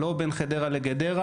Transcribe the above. לא בין חדרה לגדרה.